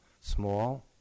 Small